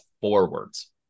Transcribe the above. forwards